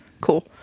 Cool